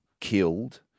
killed